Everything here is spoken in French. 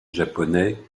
japonais